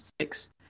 six